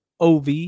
OV